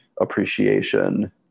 appreciation